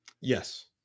Yes